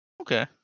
okay